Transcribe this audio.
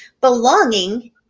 belonging